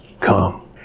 come